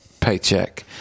paycheck